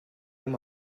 them